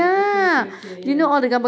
okay okay okay ya